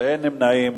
ואין נמנעים.